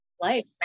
Life